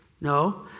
No